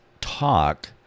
talk